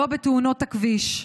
לא בתאונות הכביש,